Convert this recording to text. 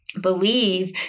believe